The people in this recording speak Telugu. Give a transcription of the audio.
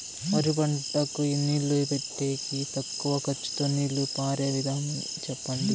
వరి పంటకు నీళ్లు పెట్టేకి తక్కువ ఖర్చుతో నీళ్లు పారే విధం చెప్పండి?